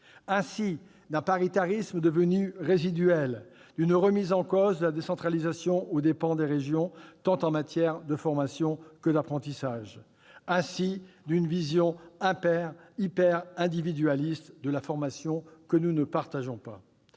ainsi d'un paritarisme devenu résiduel, d'une remise en cause de la décentralisation aux dépens des régions en matière tant de formation que d'apprentissage. Il en est ainsi d'une vision hyperindividualiste de la formation que nous ne partageons pas.